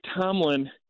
Tomlin